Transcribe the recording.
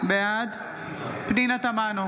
בעד פנינה תמנו,